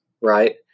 right